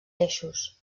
eixos